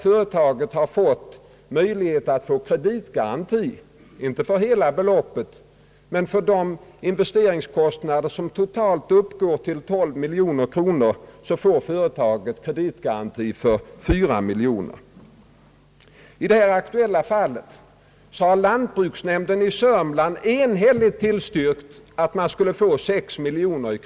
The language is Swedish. Företaget har fått möjligheter till kreditgaranti — inte för hela beloppet — men av de investeringskostnader som totalt uppgår till 12 miljoner kronor får företaget kreditgaranti för 4 miljoner. I det nu aktuella fallet har lantbruksnämnden i Södermanland enhälligt tillstyrkt en kreditgaranti på 6 miljoner.